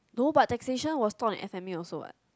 no but that taxation was taught in F_M_A also also what